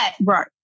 Right